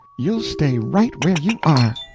you'll stay right where you are!